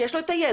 שיש לו את הידע,